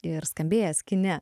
ir skambėjęs kine